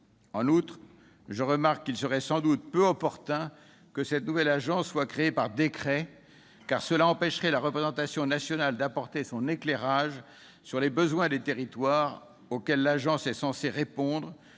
Je remarque qu'il serait sans doute peu opportun que cette nouvelle agence soit créée par décret, car cela empêcherait la représentation nationale d'apporter son éclairage sur les besoins des territoires, auxquels elle sera censée répondre,